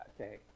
Okay